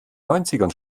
neunzigern